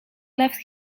left